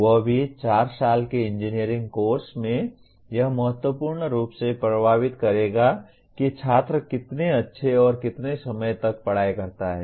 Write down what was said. वह भी 4 साल के इंजीनियरिंग कोर्स में यह महत्वपूर्ण रूप से प्रभावित करेगा कि छात्र कितने अच्छे और कितने समय तक पढ़ाई करता है